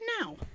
now